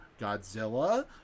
Godzilla